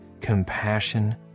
compassion